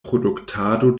produktado